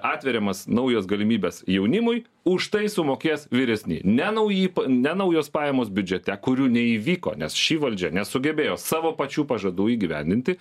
atveriamas naujas galimybes jaunimui už tai sumokės vyresni ne nauji ne naujos pajamos biudžete kurių neįvyko nes ši valdžia nesugebėjo savo pačių pažadų įgyvendinti